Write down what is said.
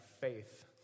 faith